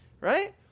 right